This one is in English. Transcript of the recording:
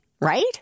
right